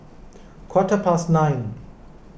quarter past nine